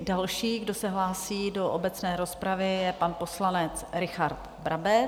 Další, kdo se hlásí do obecné rozpravy, je pan poslanec Richard Brabec.